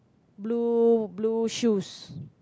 blue blue shoes